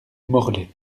morlaix